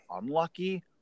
unlucky